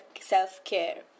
self-care